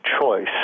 choice